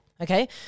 Okay